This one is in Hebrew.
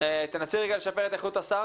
זה יכול לשפר את איכות הקו.